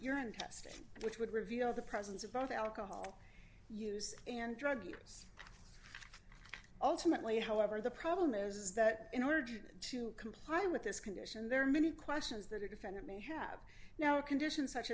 urine testing which would reveal the presence of both alcohol use and drug use ultimately however the problem is that in order to comply with this condition there are many questions there to defend it may have now conditions such